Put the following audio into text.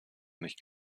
nicht